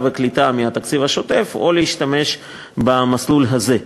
וקליטה מהתקציב השוטף או להשתמש במסלול הזה.